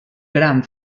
gran